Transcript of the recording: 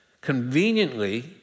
conveniently